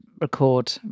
record